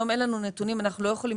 היום אין לנו נתונים ואנחנו לא יכולים